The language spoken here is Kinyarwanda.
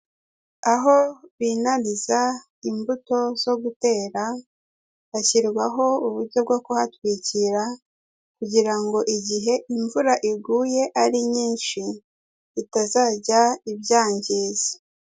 Aho binariza imbuto zo gutera hashyirwaho uburyo bwo kuhatwikira kugira ngo igihe imvura iguye ari nyinshi itazajya ibyangiza.